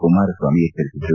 ಕುಮಾರಸ್ವಾಮಿ ಎಚ್ಚರಿಸಿದರು